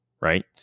right